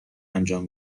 انجام